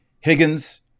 higgins